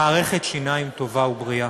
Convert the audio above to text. מערכת שיניים טובה ובריאה.